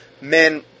men